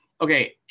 Okay